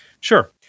Sure